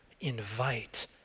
invite